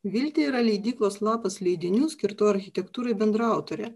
viltė yra leidyklos lapas leidinių skirtų architektūrai bendraautorė